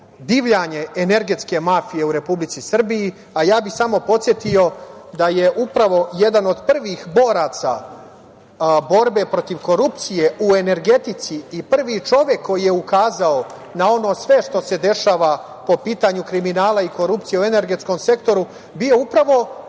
divljanje energetske mafije u Republici Srbiji. Ja bih samo podsetio da je upravo jedan od prvih boraca borbe protiv korupcije u energetici i prvi čovek koji je ukazao na ono sve što se dešava po pitanju kriminala i korupcije u energetskom sektoru bio upravo